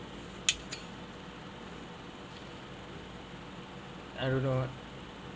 I don't know